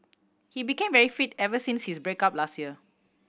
he became very fit ever since his break up last year